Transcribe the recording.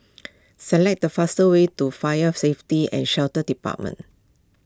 select the fastest way to Fire Safety and Shelter Department